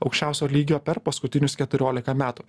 aukščiausio lygio per paskutinius keturiolika metų